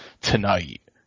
tonight